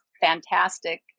fantastic